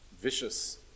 vicious